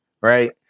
right